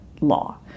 law